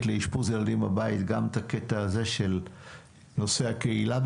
לאשפוז ילדים בבית גם את הקטע הזה של נושא הקהילה?